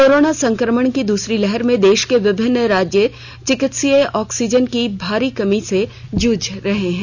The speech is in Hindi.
कोरोना संक्रमण की दूसरी लहर में देश के विभिन्न राज्य चिकित्सकीय ऑक्सीजन की भारी कमी से जुझ रहे हैं